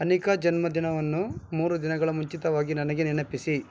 ಅನಿಕಾ ಜನ್ಮದಿನವನ್ನು ಮೂರು ದಿನಗಳ ಮುಂಚಿತವಾಗಿ ನನಗೆ ನೆನಪಿಸಿ